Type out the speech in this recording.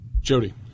Jody